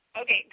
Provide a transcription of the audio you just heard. Okay